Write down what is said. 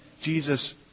Jesus